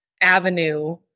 avenue